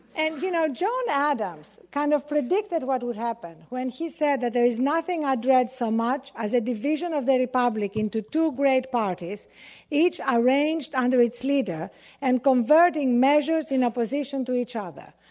and you know john adams kind of predicted what would happen when he said that there is nothing i dread so much as a division of the republic into two great parties each arranged under its leader and converting measures in opposition to each other.